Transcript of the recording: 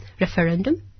referendum